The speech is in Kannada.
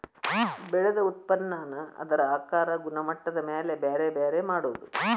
ಬೆಳದ ಉತ್ಪನ್ನಾನ ಅದರ ಆಕಾರಾ ಗುಣಮಟ್ಟದ ಮ್ಯಾಲ ಬ್ಯಾರೆ ಬ್ಯಾರೆ ಮಾಡುದು